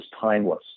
timeless